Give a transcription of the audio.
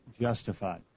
justified